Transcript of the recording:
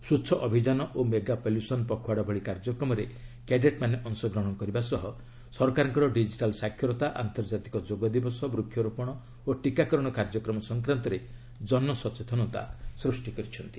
ସ୍ୱଚ୍ଛ ଅଭିଯାନ ଓ ମେଗା ପଲ୍ୟୁସନ୍ ପଖୱାଡା ଭଳି କାର୍ଯ୍ୟକ୍ରମରେ କ୍ୟାଡେଟ୍ମାନେ ଅଶଗ୍ରହଣ କରିବା ସହ ସରକାରଙ୍କର ଡିଜିଟାଲ୍ ସାକ୍ଷରତା ଆନ୍ତର୍ଜାତିକ ଯୋଗ ଦିବସ ବୃକ୍ଷରୋପଣ ଓ ଟିକାକରଣ କାର୍ଯ୍ୟକ୍ରମ ସଂକ୍ରାନ୍ତରେ ଜନସଚେତନତା ସୃଷ୍ଟି କରିଛନ୍ତି